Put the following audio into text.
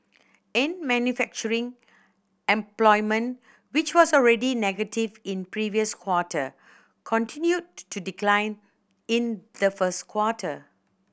in manufacturing employment which was already negative in previous quarter continued to decline in the first quarter